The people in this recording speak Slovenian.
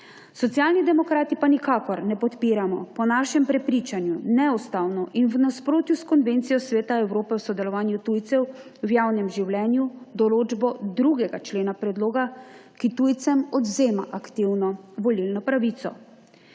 Socialni demokrati pa nikakor ne podpiramo po našem prepričanju neustavne in v nasprotju s konvencijo Sveta Evrope o sodelovanju tujcev v javnem življenju določbe 2. člena Predloga, ki tujcem odvzema aktivno volilno pravico.